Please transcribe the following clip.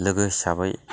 लोगो हिसाबै